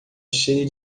cheia